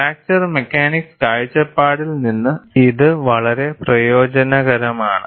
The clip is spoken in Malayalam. ഫ്രാക്ചർ മെക്കാനിക്സ് കാഴ്ചപ്പാടിൽ നിന്ന് ഇത് വളരെ പ്രയോജനകരമാണ്